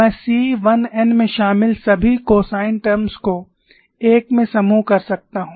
मैं C 1n में शामिल सभी कोसाइन टर्म्स को एक में समूह कर सकता हूं